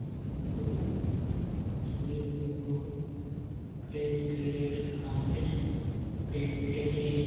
हमको मछली तो बहुत पेट के लिए स्वादिष्ट पेट के लिए